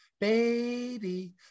baby